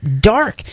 dark